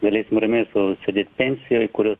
galėsim ramiai sau sėdėt pensijoj kurios